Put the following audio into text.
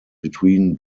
between